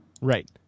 right